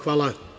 Hvala.